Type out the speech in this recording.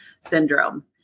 syndrome